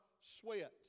sweat